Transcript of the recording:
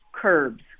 curbs